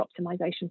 optimization